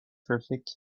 perfect